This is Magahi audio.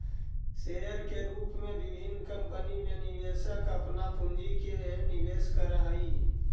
शेयर के रूप में विभिन्न कंपनी में निवेशक अपन पूंजी के निवेश करऽ हइ